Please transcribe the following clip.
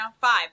Five